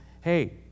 hey